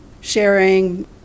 Sharing